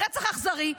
ברצח אכזרי.